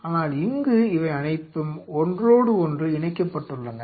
ஆனால் இங்கு இவை அனைத்தும் ஒன்றோடொன்று இணைக்கப்பட்டுள்ளன